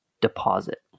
deposit